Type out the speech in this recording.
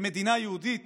כמדינה יהודית